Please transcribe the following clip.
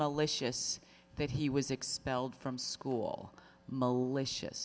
malicious that he was expelled from school malicious